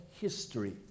history